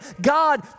God